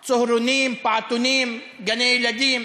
צהרונים, פעוטונים, גני-ילדים,